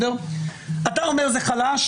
אתה אומר זה חלש.